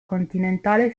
continentale